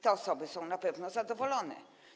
Te osoby są na pewno zadowolone.